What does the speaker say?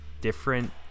different